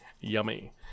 yummy